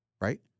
right